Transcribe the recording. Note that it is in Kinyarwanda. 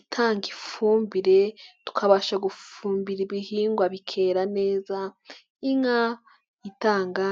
itanga ifumbire tukabasha gufumbira ibihingwa bikera neza, inka itanga